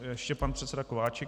Ještě pan předseda Kováčik.